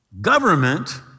government